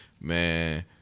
man